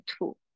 two